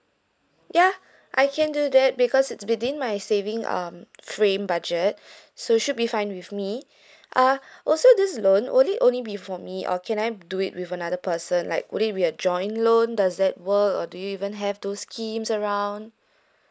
ya I can do that because it's within my saving um frame budget so it should be fine with me ah also this loan only only be for me or can I do it with another person like would it be a joint loan does that work or do you even have those schemes around